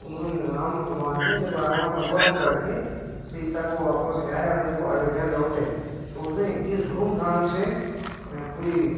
उन्होंने राम भगवान ने जब रावण का वध कर के सीता को वापस लाया जब वह अयोध्या लौटे तो उसे इस धूम धाम से पूरी